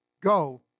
go